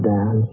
Dan